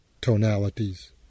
tonalities